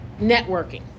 networking